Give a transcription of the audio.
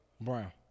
Brown